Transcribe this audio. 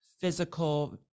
physical